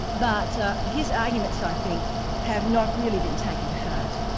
but his arguments i think have not really been taken to heart.